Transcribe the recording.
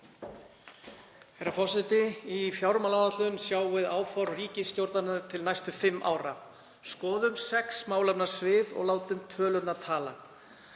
Herra forseti. Í fjármálaáætlun sjáum við áform ríkisstjórnarinnar til næstu fimm ára. Skoðum sex málefnasvið og látum tölurnar tala.